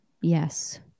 yes